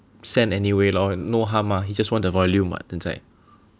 send anyway lor no harm mah just want the volume what 现在